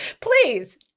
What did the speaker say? Please